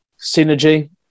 Synergy